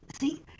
see